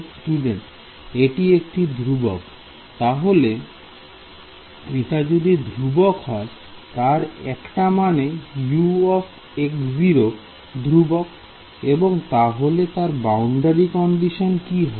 Student এটি একটি ধ্রুবক তাহলে এটা যদি ধ্রুবক হয় তার একটা মানে U ধ্রুবক এবং তাহলে তার বাউন্ডারি কন্ডিশন কি হবে